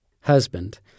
Husband